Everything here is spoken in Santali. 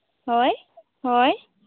ᱦᱳᱭ ᱦᱳᱭ